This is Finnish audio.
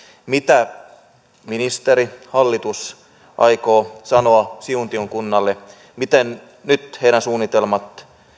mitä ministeri hallitus aikoo sanoa siuntion kunnalle miten nyt heidän suunnitelmansa